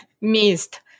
Missed